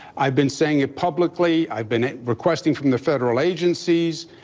i've been saying it publicly. i've been requesting from the federal agencies,